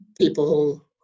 people